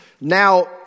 Now